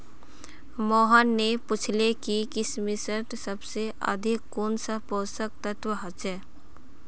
मोहन ने पूछले कि किशमिशत सबसे अधिक कुंन सा पोषक तत्व ह छे